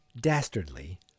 dastardly